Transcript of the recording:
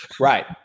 Right